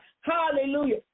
Hallelujah